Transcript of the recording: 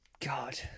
God